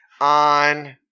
on